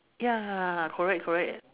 ya correct correct